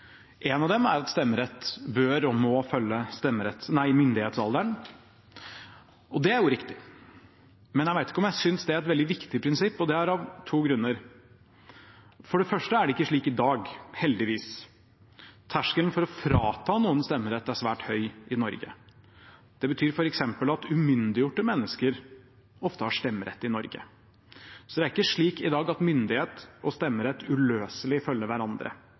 En av dem er at stemmerett bør og må følge myndighetsalderen. Det er riktig, men jeg vet ikke om jeg synes det er et veldig viktig prinsipp, og det er av to grunner: For det første er det ikke slik i dag, heldigvis. Terskelen for å frata noen stemmerett er svært høy i Norge. Det betyr f.eks. at umyndiggjorte mennesker ofte har stemmerett i Norge, så det er ikke slik at myndighet og stemmerett uløselig følger hverandre